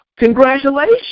Congratulations